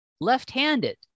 left-handed